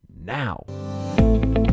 now